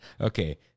Okay